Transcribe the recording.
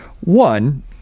one